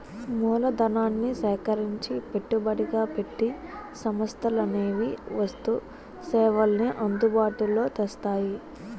మూలధనాన్ని సేకరించి పెట్టుబడిగా పెట్టి సంస్థలనేవి వస్తు సేవల్ని అందుబాటులో తెస్తాయి